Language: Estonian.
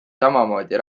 samamoodi